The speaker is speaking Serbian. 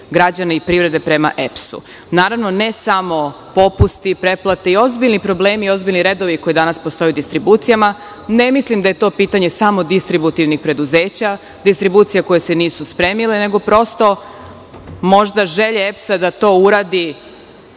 građana i privrede prema EPS.Naravno, ne samo popusti, pretplate i ozbiljni problemi i ozbiljni redovi koji danas postoje u distribucijama. Ne mislim da je to pitanje samo distributivnih preduzeća, distribucije koje se nisu spremile, nego prosto možda želje EPS da se to uradi